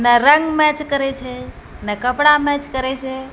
ने रङ्ग मैच करै छै ने कपड़ा मैच करै छै